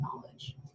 knowledge